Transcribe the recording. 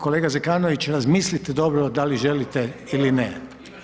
Kolega Zekanović razmislite dobro da li želite ili ne.